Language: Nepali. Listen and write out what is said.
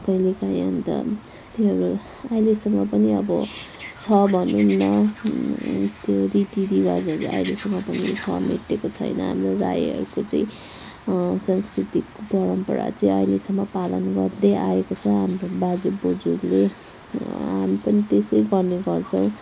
कहिलेकाहीँ अन्त त्योहरू अहिलेसम्म पनि अब छ भनौँ न त्यो रीति रिवाजहरू अहिलेसम्म पनि छ मेटिएको छैन हाम्रो राईहरूको चाहिँ सांस्कृतिक परम्परा चाहिँ अहिलेसम्म पालन गर्दै आएको छ हाम्रो बाजे बोजूहरूले हामी पनि त्यसै गर्ने गर्छौँ